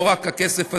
לא רק הכסף הזה,